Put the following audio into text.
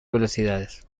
velocidades